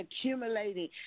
accumulating